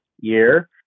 year